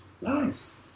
Nice